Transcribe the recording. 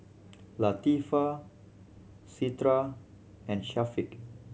Latifa Citra and Syafiq